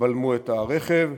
בלמו את הרכב,